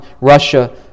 Russia